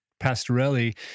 Pastorelli